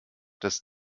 das